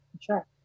sure